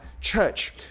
church